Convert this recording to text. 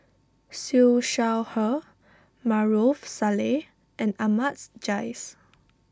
Siew Shaw Her Maarof Salleh and Ahmad's Jais